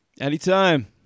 Anytime